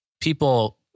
people